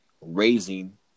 raising